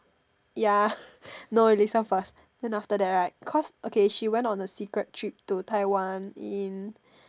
ya no you listen first then after that right cause okay she went on a secret trip to Taiwan in